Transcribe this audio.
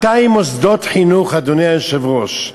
200 מוסדות חינוך, אדוני היושב-ראש,